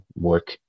work